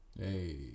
Hey